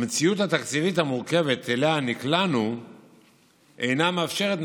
המציאות התקציבית המורכבת שאליה נקלענו אינה מאפשרת,